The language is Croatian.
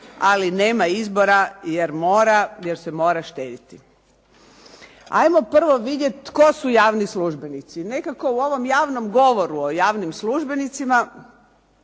ali nema izbora jer mora, jer se mora štedjeti. Ajmo prvo vidjeti tko su javni službenici. Nekako u ovom javnom govoru o javnim službenicima